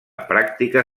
pràctica